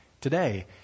today